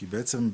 כי בעצם,